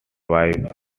wife